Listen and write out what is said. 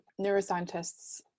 neuroscientists